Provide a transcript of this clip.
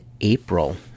April